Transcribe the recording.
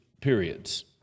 periods